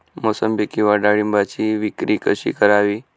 मोसंबी किंवा डाळिंबाची विक्री कशी करावी?